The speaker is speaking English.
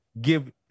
give